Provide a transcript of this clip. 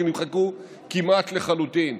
שנמחקו כמעט לחלוטין.